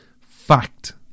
fact